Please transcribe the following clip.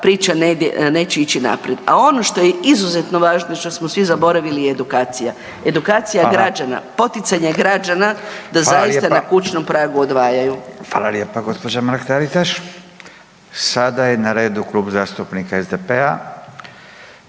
priča neće ići naprijed. A ono što je izuzetno važno i što smo svi zaboravili je edukacija. Edukacija građana, poticanje građana da zaista na kućnom pragu odvajaju. **Radin, Furio (Nezavisni)** Fala lijepa gđa. Mrak-Taritaš. Sada je na redu Klub zastupnika SDP-a,